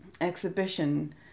exhibition